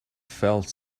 felt